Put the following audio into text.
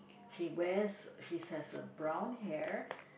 she wears she has a brown hair